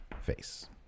Face